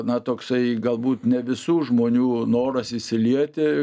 na toksai galbūt ne visų žmonių noras įsilieti